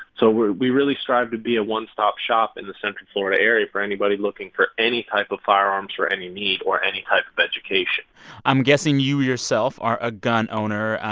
so we we really strive to be a one-stop shop in the central florida area for anybody looking for any type of firearms for any need or any type of education i'm guessing you yourself are a gun owner.